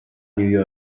new